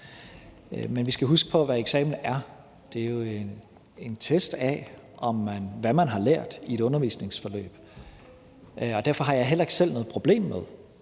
Men vi skal huske på, hvad eksamen er. Det er jo en test af, hvad man har lært i et undervisningsforløb, og derfor har jeg heller ikke selv noget problem med